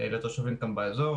לתושבים באזור.